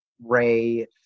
Ray